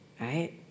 Right